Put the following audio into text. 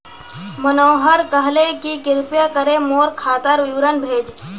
मनोहर कहले कि कृपया करे मोर खातार विवरण भेज